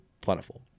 plentiful